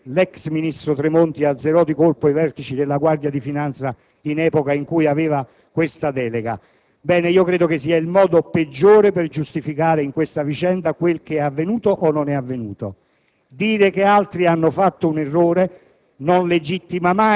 in cui sulla vicenda si fa riferimento al fatto che l'ex ministro Tremonti azzerò di colpo i vertici della Guardia di finanza in epoca in cui aveva questa delega. Bene, credo che sia il modo peggiore per giustificare in questa vicenda quel che è avvenuto o non è avvenuto;